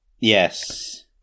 Yes